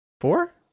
Four